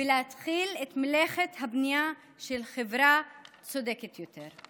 ולהתחיל את מלאכת הבנייה של חברה צודקת יותר.